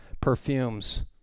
perfumes